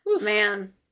Man